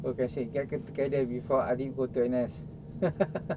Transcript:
or can say get together before ali go to N_S